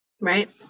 Right